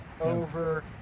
Over